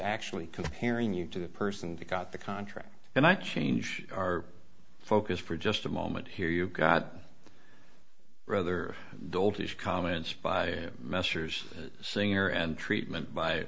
actually comparing you to the person to got the contract and i change our focus for just a moment here you got rather doltish comments by messrs singer and treatment by